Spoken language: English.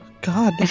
god